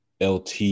LT